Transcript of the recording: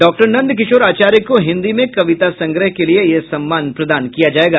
doctor Nand Kishore Acharya को हिन्दी में कविता संग्रह के लिये यह सम्मान प्रदान किया जायेगा